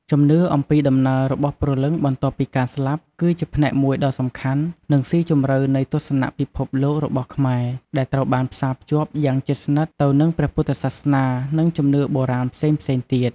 ជំនឿអំពីដំណើររបស់ព្រលឹងបន្ទាប់ពីការស្លាប់ គឺជាផ្នែកមួយដ៏សំខាន់ និងស៊ីជម្រៅនៃទស្សនៈពិភពលោករបស់ខ្មែរ ដែលត្រូវបានផ្សារភ្ជាប់យ៉ាងជិតស្និទ្ធទៅនឹងព្រះពុទ្ធសាសនា និងជំនឿបុរាណផ្សេងៗទៀត។